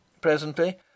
Presently